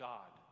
God